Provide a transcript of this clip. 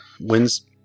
wins